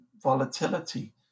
volatility